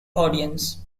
audience